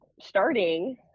starting